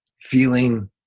feeling